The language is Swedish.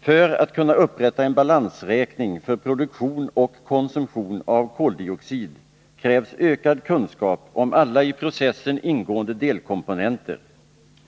För att kunna upprätta en balansräkning för produktion och konsumtion av koldioxid krävs ökad kunskap om alla i processen ingående delkomponenter.